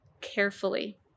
carefully